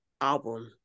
album